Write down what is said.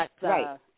right